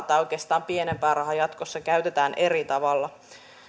tai oikeastaan pienempi raha käytetään jatkossa eri tavalla